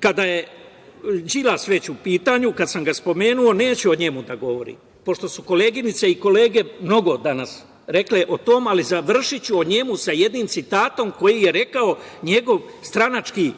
kada već Đilas u pitanju, kada sam ga spomenuo, neću o njemu da govorim, pošto su koleginice i kolege mnogo danas rekle o tome, ali završiću o njemu sa jednim citatom koji je rekao njegov stranački,